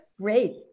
Great